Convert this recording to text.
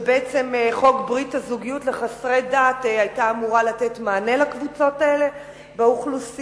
וחוק ברית הזוגיות לחסרי דת היה אמור לתת מענה לקבוצות האלה באוכלוסייה.